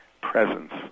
presence